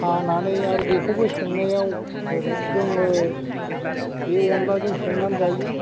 हानानै आर बेखौबो संनायाव जोङो बे अनलाजों संनानै जायो